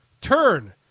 turn